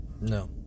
No